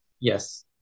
yes